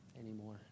anymore